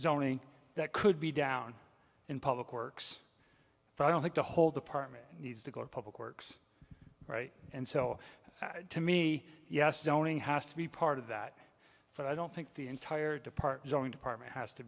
zoning that could be down in public works but i don't think the whole department needs to go public works right and so to me yes knowing has to be part of that but i don't think the entire depart joint apartment has to